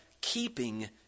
keeping